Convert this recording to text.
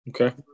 Okay